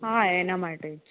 હા એના માટે જ